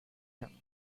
him